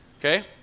Okay